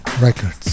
Records